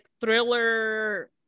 thriller